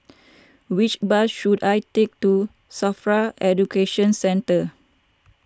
which bus should I take to Safra Education Centre